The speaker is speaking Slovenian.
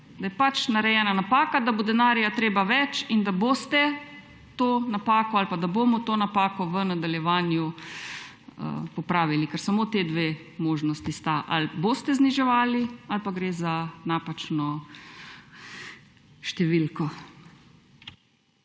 da je pač narejena napaka, da bo potrebno več denarja in da boste to napako ali pa da bomo to napako v nadaljevanju popravili. Ker samo ti dve možnosti sta, ali boste zniževali ali pa gre za napačno številko.